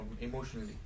emotionally